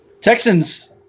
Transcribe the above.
Texans